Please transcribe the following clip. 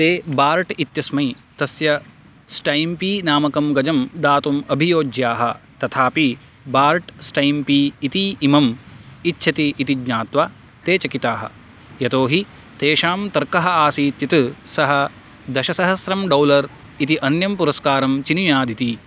ते बार्ट् इत्यस्मै तस्य स्टैम्पी नामकं गजं दातुम् अभियोज्याः तथापि बार्ट् स्टैम्पी इति इमम् इच्छति इति ज्ञात्वा ते चकिताः यतो हि तेषां तर्कः आसीत् यत् सः दशसहस्रं डौलर् इति अन्यं पुरस्कारं चिनुयादिति